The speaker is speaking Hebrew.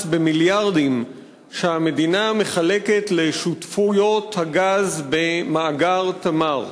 במיליארדים שהמדינה מחלקת לשותפויות הגז במאגר "תמר".